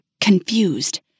confused